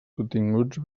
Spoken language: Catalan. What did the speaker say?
continguts